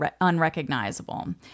unrecognizable